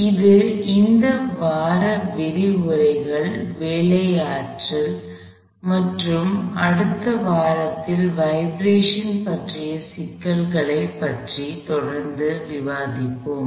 இது இந்த வார விரிவுரைகள் வேலை ஆற்றல் மற்றும் அடுத்த வாரத்தில் வைப்ரஷன் பற்றிய சில சிக்கல்கள் பற்றிய விவாதத்தைத் தொடர்வோம்